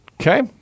Okay